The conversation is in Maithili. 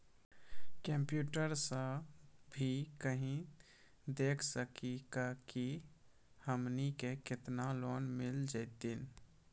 कंप्यूटर सा भी कही देख सकी का की हमनी के केतना लोन मिल जैतिन?